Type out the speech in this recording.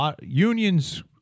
Unions